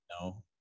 no